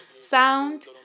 sound